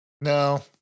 No